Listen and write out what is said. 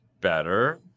better